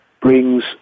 brings